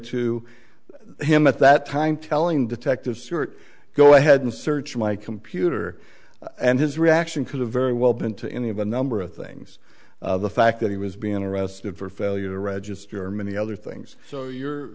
to him at that time telling detective sort go ahead and search my computer and his reaction could have very well been to any of a number of things the fact that he was being arrested for failure to register many other things so you